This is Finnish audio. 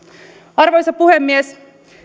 arvoisa puhemies